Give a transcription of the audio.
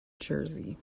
jersey